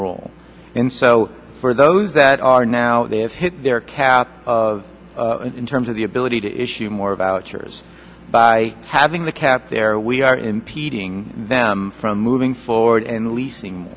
rule and so for those that are now they have hit their cap in terms of the ability to issue more about yours by having the cap there we are impeding them from moving forward and leasing